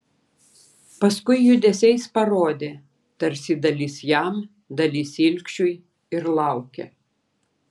paskui judesiais parodė tarsi dalis jam dalis ilgšiui ir laukė